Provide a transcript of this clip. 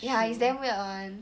ya it's damn weird [one]